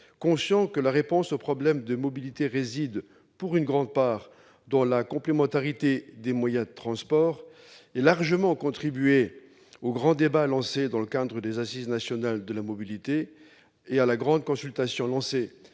conscients que la réponse aux problèmes de mobilité réside, pour une grande part, dans la complémentarité des moyens de transport -aient largement contribué au grand débat lancé dans le cadre des Assises nationales de la mobilité et à la grande consultation lancée